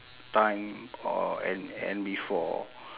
time or and and before